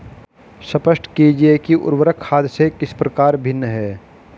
स्पष्ट कीजिए कि उर्वरक खाद से किस प्रकार भिन्न है?